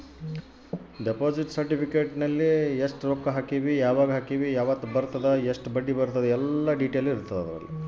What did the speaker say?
deposit certificate ಎಸ್ಟ ರೊಕ್ಕ ಹಾಕೀವಿ ಯಾವಾಗ ಹಾಕೀವಿ ಯಾವತ್ತ ಹಾಕೀವಿ ಯೆಲ್ಲ ಇರತದ